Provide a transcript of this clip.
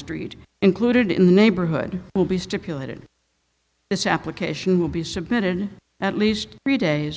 street included in the neighborhood will be stipulated this application will be submitted at least three days